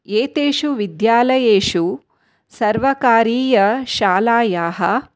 येतेषु विद्यालयेषु सर्वकारीय शालायाः